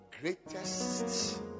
greatest